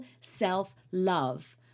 self-love